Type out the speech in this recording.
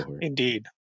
indeed